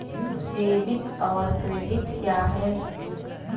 Debit और credit क्या है?